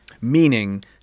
Meaning